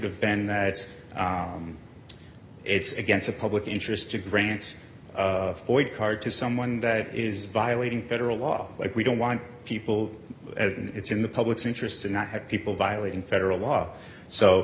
have been that it's against the public interest to grants void card to someone that is violating federal law like we don't want people and it's in the public's interest to not have people violating federal law so